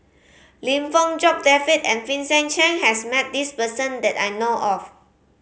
Lim Fong Jock David and Vincent Cheng has met this person that I know of